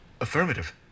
Affirmative